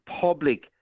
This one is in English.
public